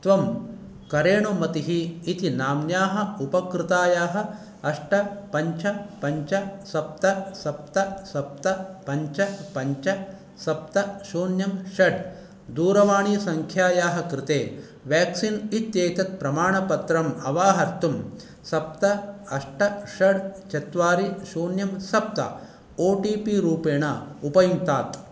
त्वं करेणुमतिः इति नाम्न्याः उपकृतायाः अष्ट पञ्च पञ्च सप्त सप्त सप्त पञ्च पञ्च सप्त शून्यं षट् दूरवाणीसङ्ख्यायाः कृते व्याक्सीन् इत्येतत् प्रमाणपत्रम् अवाहर्तुं सप्त अष्ट षट् चत्वारि शून्यं सप्त ओ टि पि रूपेण उपयुङ्क्तात्